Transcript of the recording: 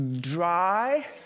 dry